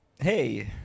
Hey